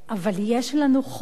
אבל יש לנו חובה,